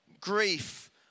grief